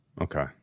Okay